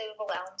overwhelmed